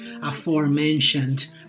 aforementioned